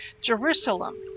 Jerusalem